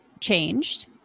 changed